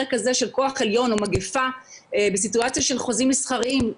כזה של כוח עליון או מגיפה בסיטואציה של חוזים מסחריים,